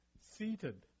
seated